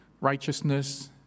righteousness